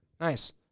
Nice